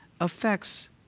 affects